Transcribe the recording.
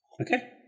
Okay